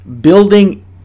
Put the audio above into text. Building